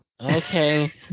Okay